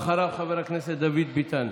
אחריו, חבר הכנסת דוד ביטן,